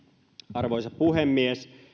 arvoisa puhemies